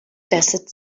desert